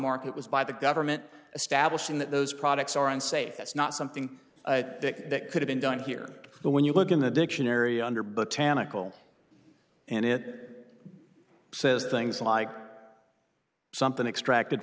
market was by the government established in those products are unsafe that's not something that could have been done here but when you look in the dictionary under botanical and it says things like something extracted